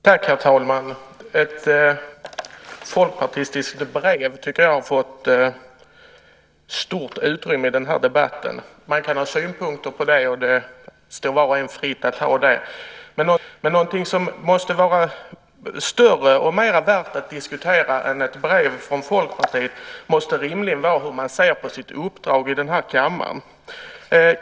Herr talman! Ett folkpartistiskt brev har fått stort utrymme i den här debatten. Man kan ha synpunkter på det, och det står var och en fritt att ha det. Någonting som rimligtvis måste vara större och mer värt att diskutera än ett brev från Folkpartiet är hur man ser på sitt uppdrag här i kammaren.